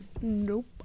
Nope